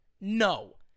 no